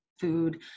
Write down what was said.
food